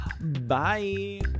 Bye